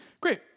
great